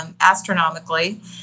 astronomically